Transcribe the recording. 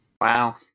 wow